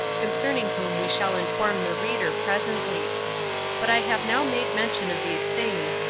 concerning whom we shall inform the reader presently but i have now made mention of these things,